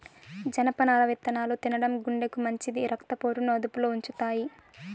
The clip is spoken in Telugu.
జనపనార విత్తనాలు తినడం గుండెకు మంచిది, రక్త పోటును అదుపులో ఉంచుతాయి